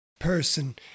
person